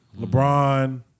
LeBron